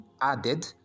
added